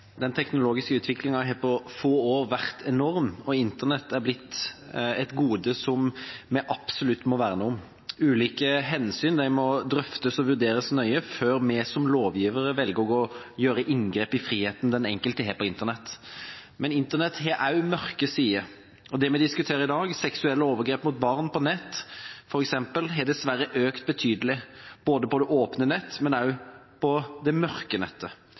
Den teknologiske utviklingen har på få år vært enorm, og internett har blitt et gode som vi absolutt må verne om. Ulike hensyn må drøftes og vurderes nøye før vi som lovgivere velger å gjøre inngrep i friheten som den enkelte har på internett. Men internett har også mørke sider, og f.eks. det vi diskuterer i dag, seksuelle overgrep mot barn på nettet, har dessverre økt betydelig, på både det åpne nettet og det mørke nettet.